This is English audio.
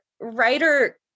writer